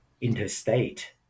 interstate